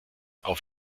auf